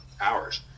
hours